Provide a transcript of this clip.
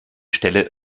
stelle